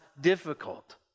difficult